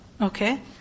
Okay